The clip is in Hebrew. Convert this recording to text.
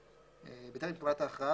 בטרם קבלת ההכרעה,